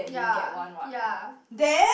ya ya